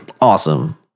Awesome